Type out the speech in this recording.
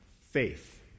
faith